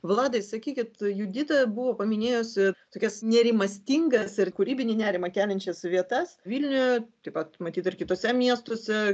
vladai sakykit judita buvo paminėjusi tokias nerimastingas ir kūrybinį nerimą keliančias vietas vilniuje taip pat matyt ir kituose miestuose